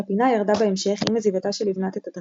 קוטנר ואורלי יניב ובהמשך מ-2200–000 מגישים את הרצועה